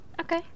okay